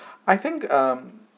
I think um